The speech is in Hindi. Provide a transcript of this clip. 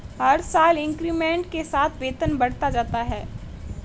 हर साल इंक्रीमेंट के साथ वेतन बढ़ता जाता है